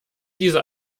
diese